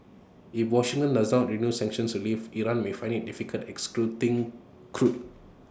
if Washington does not renew sanctions relief Iran may find IT difficulty exporting crude